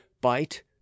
Bite